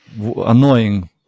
annoying